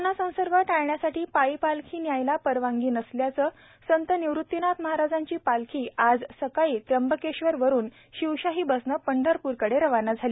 corona संसर्ग टाळण्यासाठी पायी पालखी न्यायला परवानगी नसल्यानं संत निवृतीनाथ महाराजांची पालखी आज सकाळी त्र्यंबकेश्वरहन शिवशाही बसनं पंढरपूरकडे रवाना झाली